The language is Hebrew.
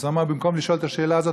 הוא אמר: במקום לשאול את השאלה הזאת,